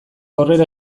aurrera